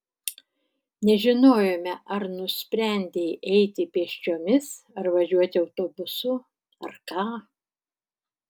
nežinojome ar nusprendei eiti pėsčiomis ar važiuoti autobusu ar ką